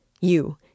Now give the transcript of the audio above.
You